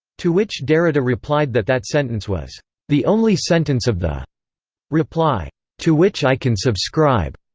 to which derrida replied that that sentence was the only sentence of the reply to which i can subscribe.